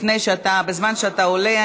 בזמן שאתה עולה,